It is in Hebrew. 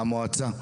המועצה.